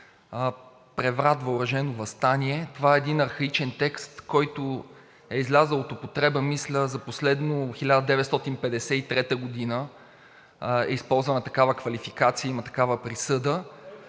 преврат, въоръжено въстание. Това е един архаичен текст, който е излязъл от употреба. Мисля, че за последно през 1953 г. е използвана такава квалификация и има такава присъда.